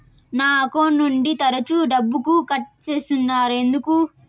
నా అకౌంట్ నుండి తరచు డబ్బుకు కట్ సేస్తున్నారు ఎందుకు